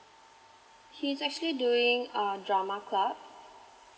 he's actually doing um drama club